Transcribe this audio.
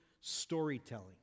storytelling